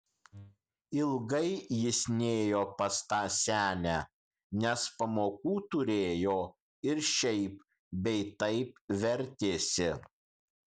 ilgai jis nėjo pas tą senę nes pamokų turėjo ir šiaip bei taip vertėsi